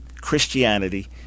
Christianity